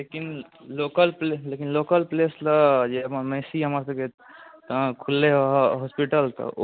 लेकिन लोकल लेकिन local place लऽ जे महिषी हमर सबके खुललै हँ हॉस्पिटल तऽ ओ